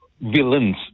villains